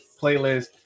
playlist